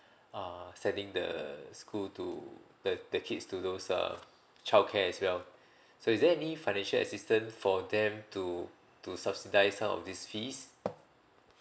uh sending the school to the the kids to those uh childcare as well so is there any financial assistance for them to to subsidize some of this fees